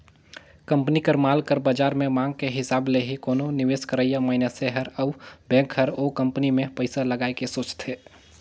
company कर माल कर बाजार में मांग के हिसाब ले ही कोनो निवेस करइया मनइसे हर अउ बेंक हर ओ कंपनी में पइसा लगाए के सोंचथे